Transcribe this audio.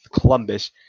Columbus